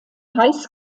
heiß